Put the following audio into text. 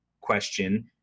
question